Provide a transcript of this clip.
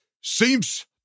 Seems